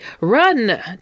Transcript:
run